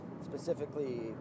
specifically